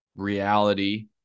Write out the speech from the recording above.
reality